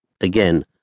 again